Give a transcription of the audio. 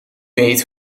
weet